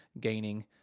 gaining